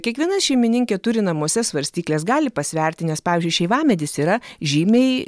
kiekviena šeimininkė turi namuose svarstykles gali pasverti nes pavyzdžiui šeivamedis yra žymiai